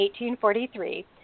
1843